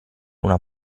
una